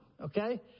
Okay